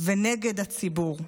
ונגד הציבור.